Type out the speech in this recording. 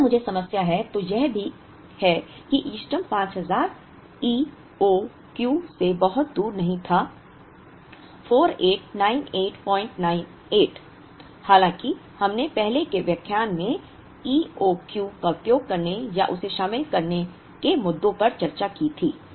अगर मुझे समस्या है तो यह भी है कि इष्टतम 5000 EOQ से बहुत दूर नहीं था 489898 हालाँकि हमने पहले के व्याख्यान में EOQ का उपयोग करने या उसे शामिल करने के मुद्दों पर चर्चा की थी